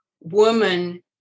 woman